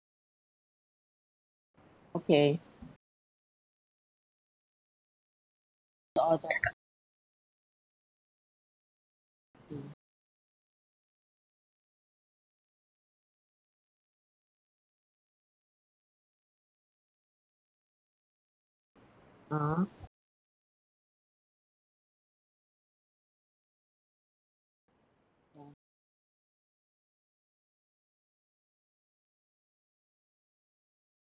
okay the order mm ah ya